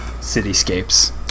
cityscapes